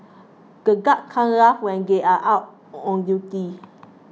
the guards cant laugh when they are out on duty